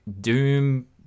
doom